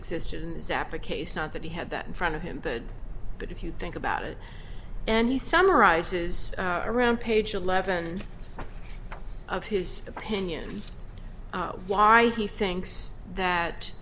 case not that he had that in front of him but if you think about it and he summarizes around page eleven of his opinion why he thinks that